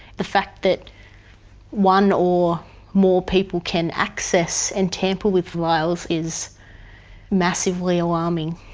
the fact that one or more people can access and tamper with vials is massively alarming.